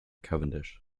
cavendish